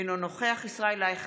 אינו נוכח ישראל אייכלר,